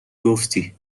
گفتی